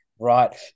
Right